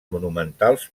monumentals